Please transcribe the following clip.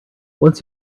once